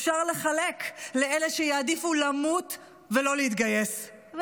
אפשר לחלק לאלה שיעדיפו למות ולא להתגייס,